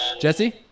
Jesse